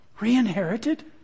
Re-inherited